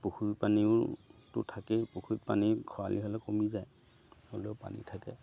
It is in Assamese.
পুখুৰী পানীওতো থাকেই পুখুৰীত পানী খৰাালি হ'লে কমি যায় হ'লেও পানী থাকে